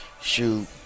shoot